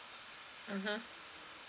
mmhmm